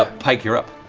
ah pike, you're up.